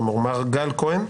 מר גל כהן,